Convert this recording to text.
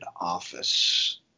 office